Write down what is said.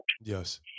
Yes